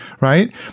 right